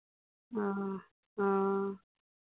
हँ हँ